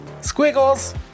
Squiggles